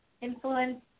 influence